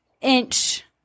inch